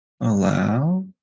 allow